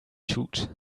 shoot